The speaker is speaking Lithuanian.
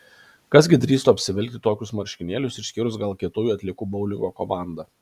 kas gi drįstų apsivilkti tokius marškinėlius išskyrus gal kietųjų atliekų boulingo komandą